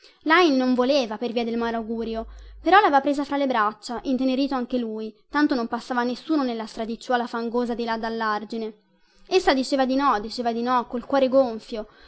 lajn non voleva per via del malaugurio però laveva presa fra le braccia intenerito anche lui tanto non passava nessuno nella stradicciuola fangosa di là dallargine essa diceva di no diceva di no col cuore gonfio